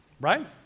right